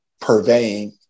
purveying